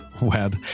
web